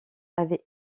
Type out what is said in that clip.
avait